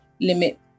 limit